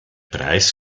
preis